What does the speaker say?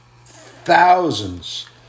thousands